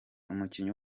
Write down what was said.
umukinnyi